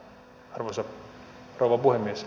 arvoisa rouva puhemies